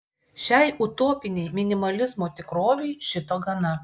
šiai utopinei minimalizmo tikrovei šito gana